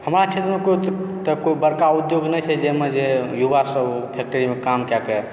हमरा क्षेत्रमे कोइ तऽ कोइ बड़का उद्योग नहि छै जाहिमे जे युवा सभ खेतै ओहिमे काम कैके